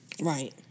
Right